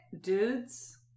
dudes